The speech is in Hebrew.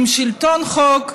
עם שלטון חוק,